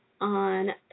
on